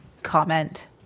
comment